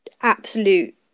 absolute